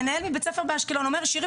מנהל בית ספר מאשקלון אומר: שירי,